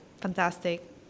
fantastic